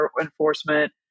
enforcement